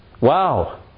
Wow